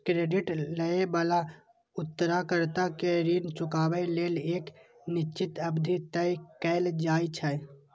credit लए बला उधारकर्ता कें ऋण चुकाबै लेल एक निश्चित अवधि तय कैल जाइ छै